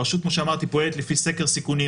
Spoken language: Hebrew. הרשות כמו שאמרתי פועלת לפי סקר סיכונים,